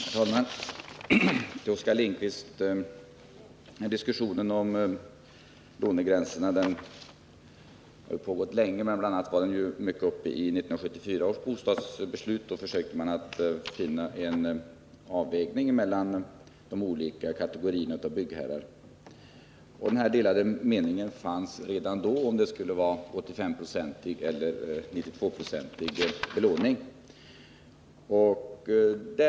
Herr talman! Till Oskar Lindkvist! Diskussionen om lånegränsen har pågått länge. Bl. a. var den mycket uppe i samband med 1974 års beslut. Då försökte man finna en avvägning mellan de olika kategorierna av byggherrar. Vi hade redan då delade meningar huruvida det skulle vara en 85-procentig eller 92-procentig belåning.